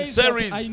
series